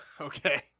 Okay